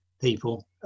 people